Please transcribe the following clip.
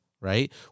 right